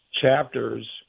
chapters